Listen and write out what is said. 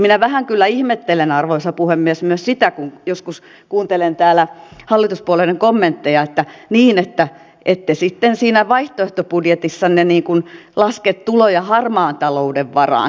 minä vähän kyllä ihmettelen arvoisa puhemies myös sitä kun joskus kuuntelen täällä hallituspuolueiden kommentteja että ette sitten siinä vaihtoehtobudjetissanne laske tuloja harmaan talouden torjunnan varaan